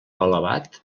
elevat